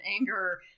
anger